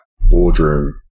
boardroom